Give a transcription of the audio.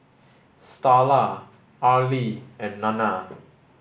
Starla Arlie and Nanna